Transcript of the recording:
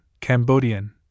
Cambodian